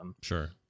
sure